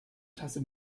tasse